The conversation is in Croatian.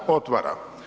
Otvara.